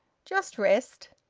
just rest.